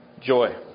joy